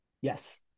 Yes